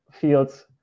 fields